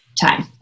time